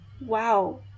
Wow